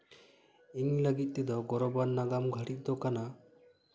ᱤᱧ ᱞᱟᱹᱜᱤᱫ ᱛᱮᱫᱚ ᱜᱚᱨᱚᱵᱟᱱ ᱱᱟᱜᱟᱢ ᱜᱷᱟᱹᱲᱤᱠ ᱫᱚ ᱠᱟᱱᱟ